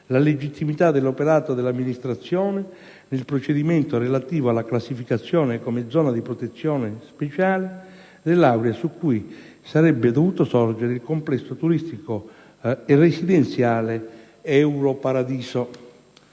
la legittimità dell'operato dell'amministrazione nel procedimento relativo alla classificazione come zona di protezione speciale dell'area su cui sarebbe dovuto sorgere il complesso turistico-residenziale Europaradiso.